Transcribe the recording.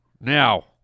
Now